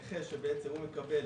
נכה שבעצם הוא מקבל